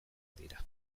dira